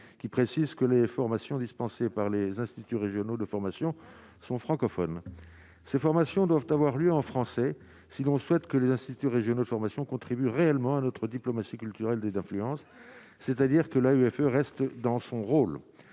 qui précise que les formations dispensées par les instituts régionaux de formation sont francophones, ces formations doivent avoir lieu en français si l'on souhaite que les instituts régionaux de formation contribue réellement à notre diplomatie culturelle des influences, c'est-à-dire que la UFE reste dans son rôle,